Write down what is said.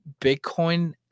bitcoin